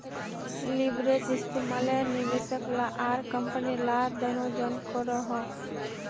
leverage इस्तेमाल निवेशक ला आर कम्पनी ला दनोह जन करोहो